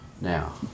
now